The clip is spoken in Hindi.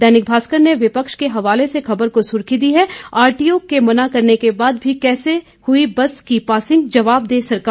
दैनिक भास्कर ने विपक्ष के हवाले से खबर को सुर्खी दी है आरटीओ के मना करने के बाद भी कैसे हुई बस की पासिंग जवाब दे सरकार